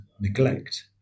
neglect